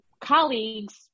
colleagues